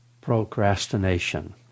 procrastination